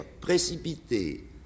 précipité